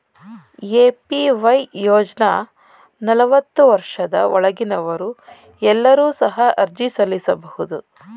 APY ಯೋಜ್ನ ನಲವತ್ತು ವರ್ಷದ ಒಳಗಿನವರು ಎಲ್ಲರೂ ಸಹ ಅರ್ಜಿ ಸಲ್ಲಿಸಬಹುದು